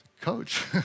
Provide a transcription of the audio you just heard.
coach